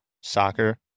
soccer